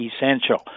essential